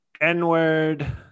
N-word